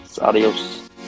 Adios